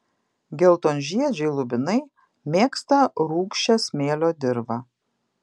geltonžiedžiai lubinai mėgsta rūgščią smėlio dirvą